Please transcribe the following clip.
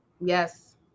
yes